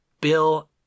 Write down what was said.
Bill